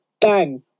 bang